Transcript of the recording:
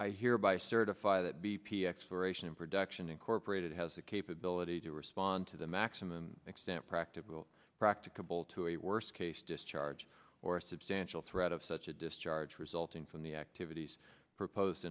i hereby certify that b p exploration and production incorporated has the capability to respond to the maximum extent practicable practicable to a worst case discharge or a substantial threat of such a discharge resulting from the activities proposed